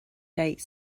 date